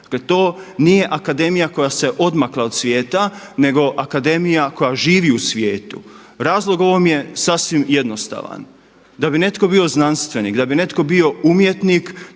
Dakle to nije akademija koja se odmakla od svijeta nego akademija koja živi u svijetu. Razlog ovom je sasvim jednostavan. Da bi netko bio znanstvenik, da bi netko bio umjetnik